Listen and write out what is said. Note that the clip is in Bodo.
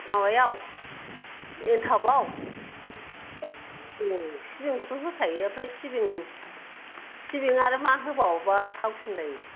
माबायाव एन्थाबाव ओं सिबिंखौथ' होखायो ओमफ्राय सिबिं आरो मा होबावोब्ला गोथावसिन जायो